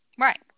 Right